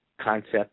concept